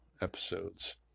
episodes